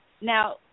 Now